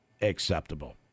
acceptable